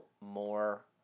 more